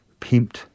pimped